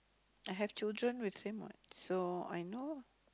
I have children with him what so I know